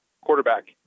quarterback